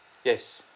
yes